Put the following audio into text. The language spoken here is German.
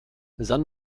san